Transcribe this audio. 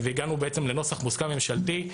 והגענו בעצם לנוסח מוסכם ממשלתי,